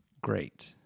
great